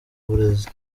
burezi